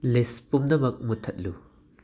ꯂꯤꯁ ꯄꯨꯝꯅꯃꯛ ꯃꯨꯠꯊꯠꯂꯨ